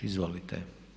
Izvolite.